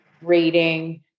rating